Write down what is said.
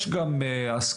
יש גם הסכמה,